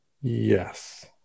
yes